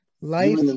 Life